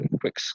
quick